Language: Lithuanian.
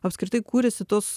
apskritai kuriasi tos